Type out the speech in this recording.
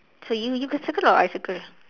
so you you can circle or I circle